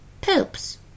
poops